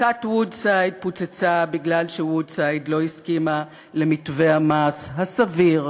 עסקת "וודסייד" פוצצה מפני ש"וודסייד" לא הסכימה למתווה המס הסביר,